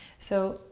so,